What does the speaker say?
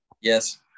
Yes